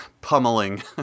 pummeling